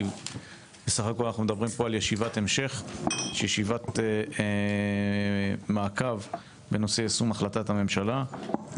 מדובר בישיבת המשך שהיא ישיבת מעקב בנושא יישום החלטת הממשלה.